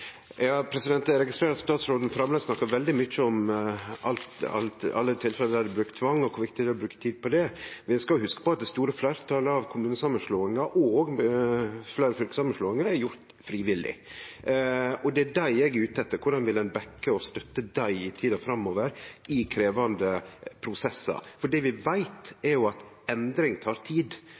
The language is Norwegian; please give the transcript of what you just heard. Eg registrerer at statsråden framleis snakkar veldig mykje om alle tilfella der det er brukt tvang, og kor viktig det er å bruke tid på det. Men vi skal hugse på at det store fleirtalet av kommunesamanslåingar og fleire fylkessamanslåingar er gjorde frivillig. Det er dei eg er ute etter; korleis vil ein backe og støtte dei i tida framover i krevjande prosessar? Det vi veit, er at endring tek tid.